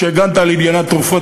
כשהגנת על עניין התרופות,